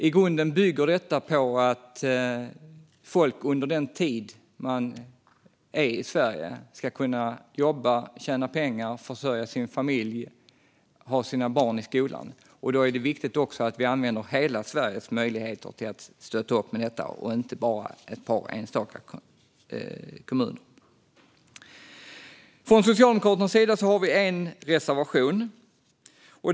I grunden bygger detta på att människor under den tid de är i Sverige ska kunna jobba, tjäna pengar, försörja sin familj och ha sina barn i skolan. Då är det viktigt att vi använder hela Sveriges möjligheter att stötta med detta och inte bara ett par enstaka kommuner. Från Socialdemokraternas sida har vi en reservation.